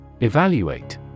Evaluate